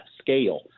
scale